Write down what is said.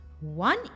One